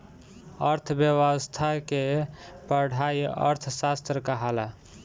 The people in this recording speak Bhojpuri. अर्थ्व्यवस्था के पढ़ाई अर्थशास्त्र कहाला